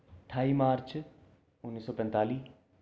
ठाई मार्च उन्नी सौ पंजताली